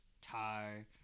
tie